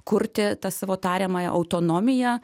kurti tą savo tariamąją autonomiją